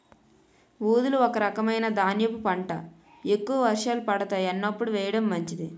ఊదలు ఒక రకమైన ధాన్యపు పంట, ఎక్కువ వర్షాలు పడతాయి అన్నప్పుడు వేయడం మంచిది